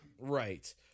Right